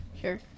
Sure